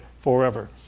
forever